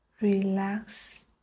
Relax